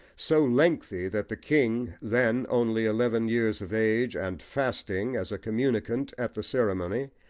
so lengthy that the king, then only eleven years of age, and fasting, as a communicant at the ceremony,